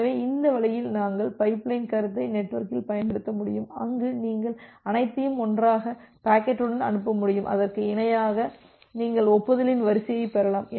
எனவே இந்த வழியில் நாங்கள் இந்த பைப்லைன் கருத்தை நெட்வொர்க்கில் பயன்படுத்த முடியும் அங்கு நீங்கள் அனைத்தையும் ஒன்றாக பாக்கெட்டுடன் அனுப்ப முடியும் அதற்கு இணையாக நீங்கள் ஒப்புதலின் வரிசையைப் பெறலாம்